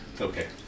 Okay